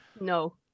no